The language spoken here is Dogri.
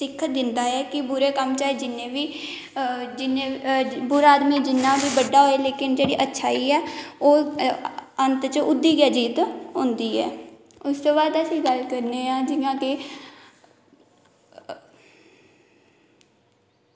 सिक्ख दिंदा ऐ कि बुरे कम्म चाहे जि'न्ने बी बुरा आदमी जि'न्ना बी बड्डा होऐ लेकिन जेह्ड़ी अच्छाई ऐ अंत च ओह्दी गै जीत होंदी ऐ उसदे बाद अस गल्ल करने आं जि'यां कि